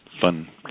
fun